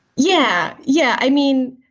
yeah. yeah. i mean,